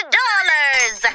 dollars